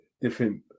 different